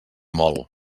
mol